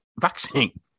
vaccine